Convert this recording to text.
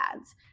ads